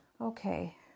Okay